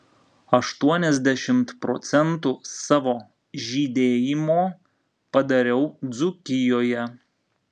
aštuoniasdešimt procentų savo žydėjimo padariau dzūkijoje